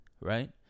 right